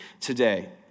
today